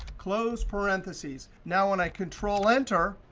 close parentheses. now when i control enter,